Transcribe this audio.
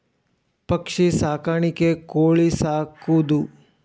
ಪಕ್ಷಿ ಸಾಕಾಣಿಕೆ ಕೋಳಿ ಸಾಕುದು